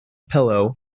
pillow